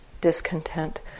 discontent